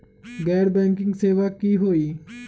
गैर बैंकिंग सेवा की होई?